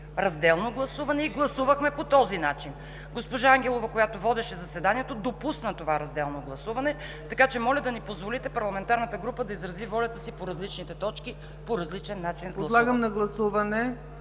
разделно гласуване и гласувахме по този начин. Госпожа Ангелова, която водеше заседанието, допусна това разделно гласуване. Моля да ни позволите парламентарната група да изрази волята си по различните точки по различен начин с гласуване.